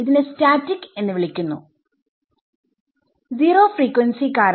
ഇതിനെ സ്റ്റാറ്റിക് എന്ന് വിളിക്കുന്നു സീറോ ഫ്രീക്വൻസി കാരണം